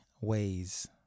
ways